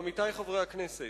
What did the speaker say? עמיתי חברי הכנסת,